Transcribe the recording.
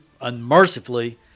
unmercifully